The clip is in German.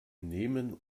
nehmen